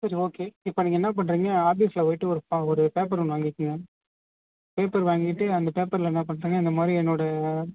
சரி ஓகே இப்போ நீங்கள் என்ன பண்ணுறீங்க ஆஃபீஸில் போய்ட்டு ஒரு ஃபா ஒரு பேப்பர் ஒன்று வாங்கி வச்சிக்கங்க பேப்பர் வாங்கிக்கிட்டு அந்த பேப்பரில் என்ன பண்ணுறீங்க இந்தமாதிரி என்னோடய